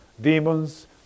demons